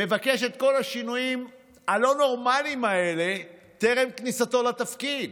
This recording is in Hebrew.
מבקש את כל השינויים הלא-נורמליים האלה טרם כניסתו לתפקיד,